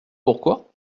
pourquoi